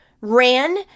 ran